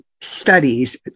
studies